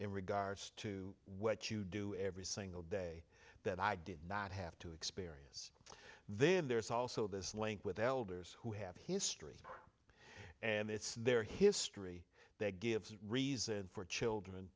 in regards to what you do every single day that i did not have to experience then there's also this link with elders who have history and it's their history they give reason for children